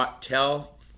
Tell